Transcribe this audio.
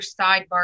sidebar